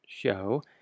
show